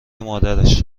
مادرش